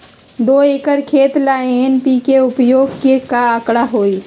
दो एकर खेत ला एन.पी.के उपयोग के का आंकड़ा होई?